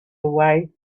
away